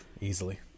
easily